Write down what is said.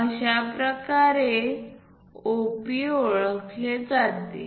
अशाप्रकारे OP ओळखले जाते